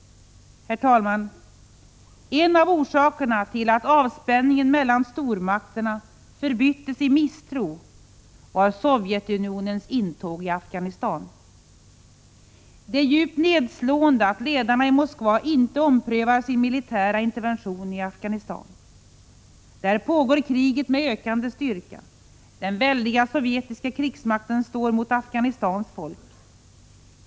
Herr talman! En av orsakerna till att avspänningen mellan stormakterna förbyttes i misstro var Sovjetunionens intåg i Afghanistan. Det är djupt nedslående att ledarna i Moskva inte omprövar sin militära intervention i Afghanistan. Där pågår kriget med ökande styrka. Den väldiga sovjetiska krigsmakten står mot Afghanistans folk.